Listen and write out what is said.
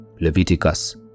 Leviticus